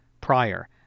prior